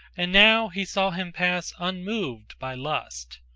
and now he saw him pass unmoved by lust,